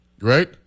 Right